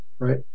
right